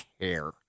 care